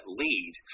lead